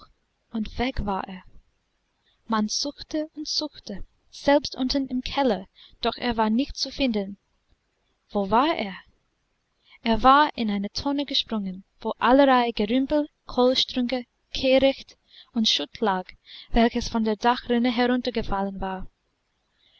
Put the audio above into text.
und weg war er man suchte und suchte selbst unten im keller doch er war nicht zu finden wo war er er war in eine tonne gesprungen wo allerlei gerümpel kohlstrünke kehricht und schutt lag welches von der dachrinne heruntergefallen war